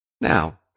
Now